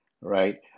right